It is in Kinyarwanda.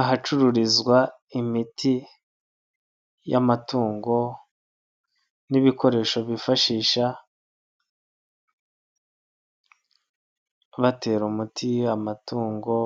Ahacururizwa imiti y'amatungo n'ibikoresho bifashisha batera umuti amatungo,